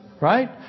right